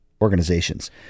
organizations